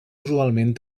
usualment